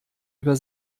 über